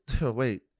wait